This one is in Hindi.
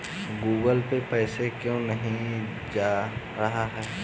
गूगल पे से पैसा क्यों नहीं जा रहा है?